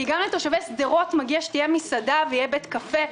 כי גם לתושבי שדרות מגיע שתהיה מסעדה ויהיה בית קפה,